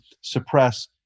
suppress